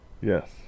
Yes